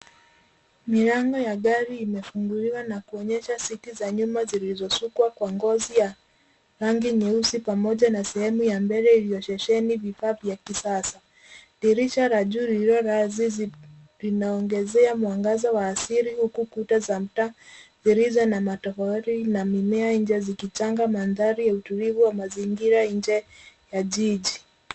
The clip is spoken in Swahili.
Milango ya gari imefunguliwa na kuonyesha siti za nyuma zilizosukwa kwa ngozi ya rangi nyeusi pamoja na sehemu ya mbele iliyoshesheni vifaa vya kisasa. Dirisha la juu lililowazi linaongezea mwangaza wa asili huku kuta za mtaa zilizo na matofali na mimea nje zikichanga mandhari ya utulivu wa mazingira nje ya jiji.